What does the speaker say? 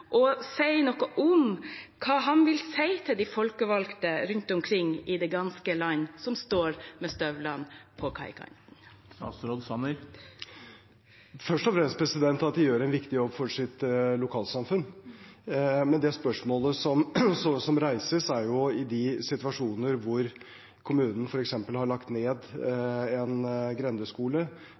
og si noe om hva han vil si til de folkevalgte rundt omkring i det ganske land som står med støvlene på kaikanten. Først og fremst at de gjør en viktig jobb for sitt lokalsamfunn. Men det spørsmålet som reises, gjelder jo de situasjoner hvor kommunen f.eks. har lagt ned en grendeskole,